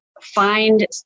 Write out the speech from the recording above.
Find